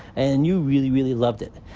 and you really, really loved it.